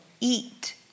eat